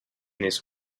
this